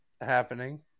happening